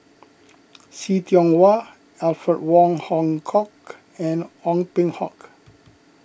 See Tiong Wah Alfred Wong Hong Kwok and Ong Peng Hock